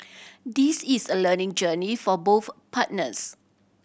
this is a learning journey for both partners